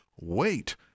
Wait